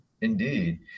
indeed